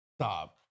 Stop